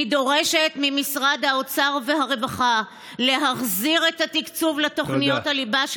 אני דורשת ממשרד האוצר והרווחה להחזיר את התקצוב לתוכניות הליבה,